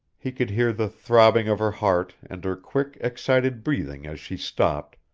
he could hear the throbbing of her heart and her quick, excited breathing as she stopped,